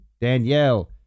danielle